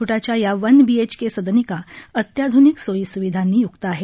फ्टाच्या या one BHK सदनिका अत्याध्निक सोयी स्विधांनी य्क्त आहेत